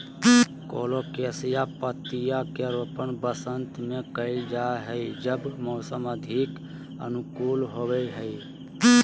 colocasia पत्तियां के रोपण वसंत में कइल जा हइ जब मौसम अधिक अनुकूल होबो हइ